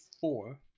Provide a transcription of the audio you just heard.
four